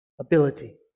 ability